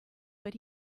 but